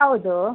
ಹೌದು